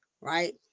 right